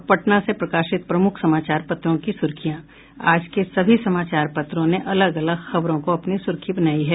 अब पटना से प्रकाशित प्रमुख समाचार पत्रों की सुर्खियां आज के सभी समाचार पत्रों ने अलग अलग खबरों को अपनी सुर्खी बनायी है